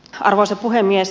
arvoisa puhemies